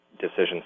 decisions